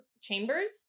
chambers